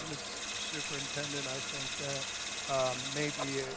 um as superintendent, i think that maybe, ah